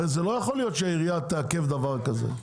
הרי לא יכול להיות שהעירייה תעכב דבר כזה.